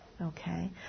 Okay